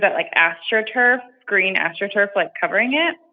but like, astroturf green astroturf, like, covering it.